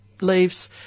leaves